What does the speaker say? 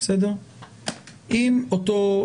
יש כאן